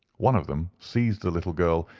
one of them seized the little girl,